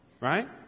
right